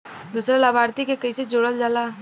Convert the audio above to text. दूसरा लाभार्थी के कैसे जोड़ल जाला?